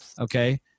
Okay